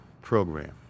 program